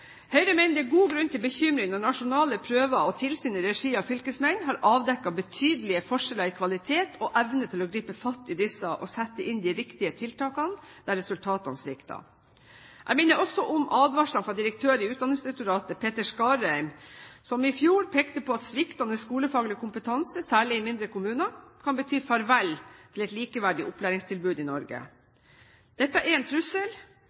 Høyre mener det er god grunn til bekymring når nasjonale prøver og tilsyn i regi av fylkesmennene har avdekket betydelige forskjeller i kvalitet og evne til å gripe fatt i disse og sette inn de riktige tiltakene der resultatene svikter. Jeg minner også om advarslene fra direktør i Utdanningsdirektoratet, Petter Skarheim, som i fjor pekte på at sviktende skolefaglig kompetanse, særlig i mindre kommuner, kan bety farvel til et likeverdig opplæringstilbud i Norge. Dette er en trussel